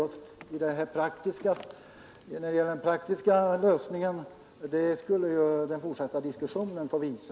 Hur man bör utforma den praktiska lösningen skulle ju den fortsatta diskussionen få visa.